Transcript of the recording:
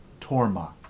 torma